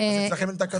אז אצלכם אין תקלות?